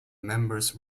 members